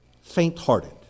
faint-hearted